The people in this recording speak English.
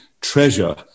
treasure